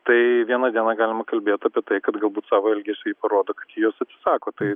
tai vieną dieną galima kalbėt apie tai kad galbūt savo elgesiu ji parodo kad jos atsako tai